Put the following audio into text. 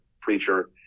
preacher